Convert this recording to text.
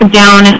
down